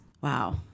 Wow